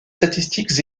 statistiques